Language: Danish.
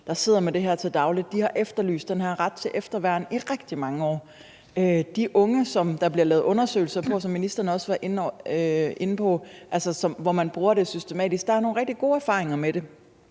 der sidder med det her til daglig, har efterlyst den her ret til efterværn i rigtig mange år. I forhold til de unge, som der bliver lavet undersøgelser af, og hvor man bruger det systematisk, som ministeren også var inde på, er der nogle rigtig gode erfaringer med det.